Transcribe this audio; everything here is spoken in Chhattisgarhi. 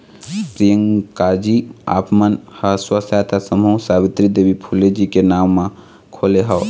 प्रियंकाजी आप मन ह स्व सहायता समूह सावित्री देवी फूले जी के नांव म खोले हव